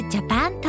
Japan